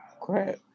crap